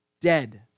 dead